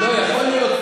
יכול להיות,